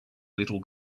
little